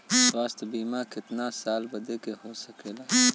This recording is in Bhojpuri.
स्वास्थ्य बीमा कितना साल बदे हो सकेला?